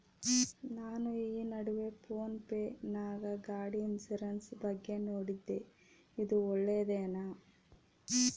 ನಾನು ಈ ನಡುವೆ ಫೋನ್ ಪೇ ನಾಗ ಗಾಡಿ ಇನ್ಸುರೆನ್ಸ್ ಬಗ್ಗೆ ನೋಡಿದ್ದೇ ಇದು ಒಳ್ಳೇದೇನಾ?